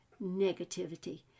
negativity